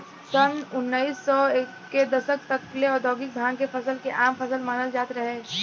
सन उनऽइस सौ के दशक तक ले औधोगिक भांग के फसल के आम फसल मानल जात रहे